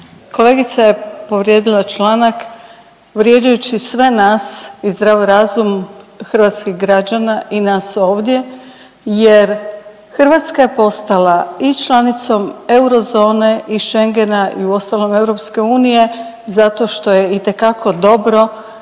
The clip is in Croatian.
Kolegica je povrijedila članak vrijeđajući sve nas i zdrav razum hrvatskih građana i nas ovdje jer Hrvatska je postala i članicom eurozone i Schengena i uostalom, EU, zato što je itekako dobro